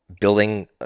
building